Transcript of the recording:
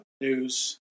News